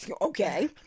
Okay